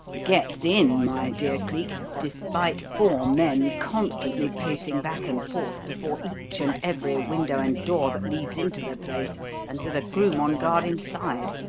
gets in, my dear cleek, despite four men constantly pacing back and forth before each and every window and door that leads into the place and with a groom on guard inside,